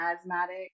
asthmatic